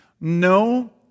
no